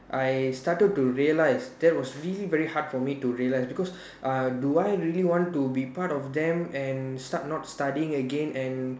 I started to realise that was really very hard for me to realise because uh do I really want to be part of them and start not studying again and